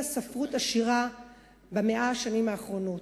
ספרות עשירה ב-100 השנים האחרונות.